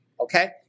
okay